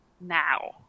now